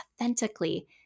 authentically